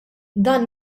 dan